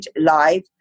live